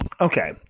Okay